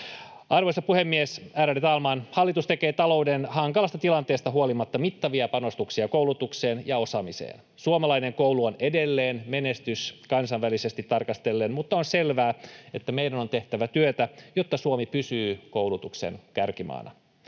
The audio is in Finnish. Arvoisa puhemies, ärade talman! Hallitus tekee talouden hankalasta tilanteesta huolimatta mittavia panostuksia koulutukseen ja osaamiseen. Suomalainen koulu on edelleen menestys kansainvälisesti tarkastellen, mutta on selvää, että meidän on tehtävä työtä, jotta Suomi pysyy koulutuksen kärkimaana.